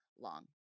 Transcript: long